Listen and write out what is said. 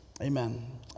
Amen